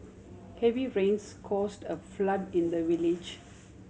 heavy rains caused a flood in the village